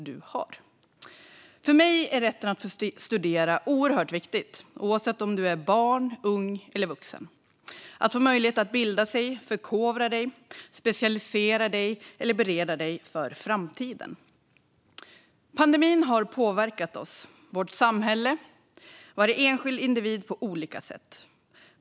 Rätten för barn, unga och vuxna att studera och få möjlighet att bilda, förkovra, specialisera och bereda sig för framtiden är för mig oerhört viktig. Pandemin har påverkat oss, vårt samhälle och varje enskild individ på olika sätt.